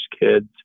kids